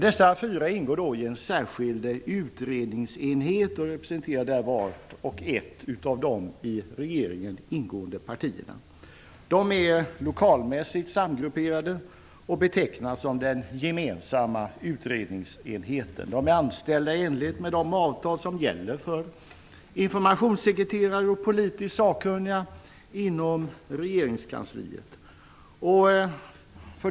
Dessa fyra ingår i en särskild utredningsenhet och representerar vart och ett av de i regeringen ingående partierna. De är lokalmässigt samgrupperade och betecknas som den gemensamma utredningsenheten. Dessa personer är anställda i enlighet med de avtal som gäller för informationssekreterare och politiskt sakkunniga inom regeringskansliet.